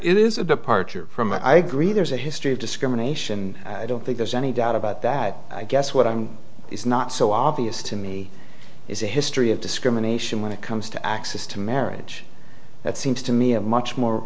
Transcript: it is a departure from i agree there's a history of discrimination and i don't think there's any doubt about that i guess what i'm is not so obvious to me is a history of discrimination when it comes to access to marriage that seems to me a much more